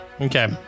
Okay